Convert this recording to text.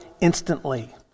instantly